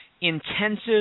intensive